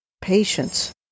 patience